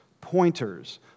pointers